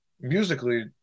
musically